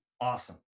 Awesome